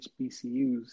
HBCUs